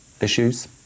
issues